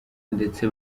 ndetse